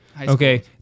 Okay